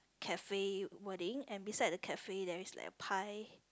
cafe wedding and beside the cafe there is like a pie